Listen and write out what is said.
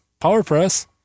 PowerPress